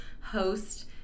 host